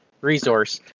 resource